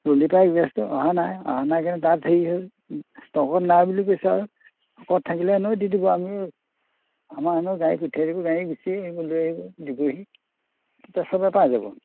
তলিৰপাৰাই gas অহা নাই অহা নাই কাৰণে তাত হেৰি হ'ল ইষ্টকত নাই বুলি কৈছে আৰু আকৌ থাকিলে এনেও দি দিব আমি আমাৰ হেনো গাড়ী পঠিয়াই দিব গাড়ী গুচিয়েই আহিব লৈ আহিব দিবহি তেতিয়া চবে পাই যাব